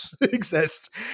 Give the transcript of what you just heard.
exist